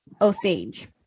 Osage